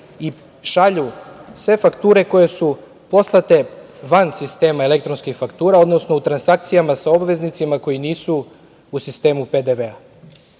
i šalju sve fakture koje su poslate van sistema elektronskih faktura, odnosno u transakcijama sa obaveznicima koji nisu u sistemu PDV-a. Bitna